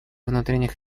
внутренних